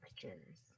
pictures